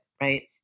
right